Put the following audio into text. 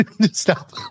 Stop